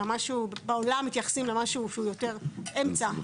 אלא בעולם מתייחסים למשהו שהוא יותר אמצע.